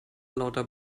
lauter